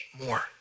more